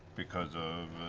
because of